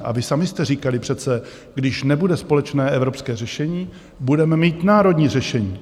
A vy sami jste říkali přece, když nebude společné evropské řešení, budeme mít národní řešení.